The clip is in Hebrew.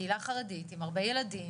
קהילה חרדית עם הרבה ילדים,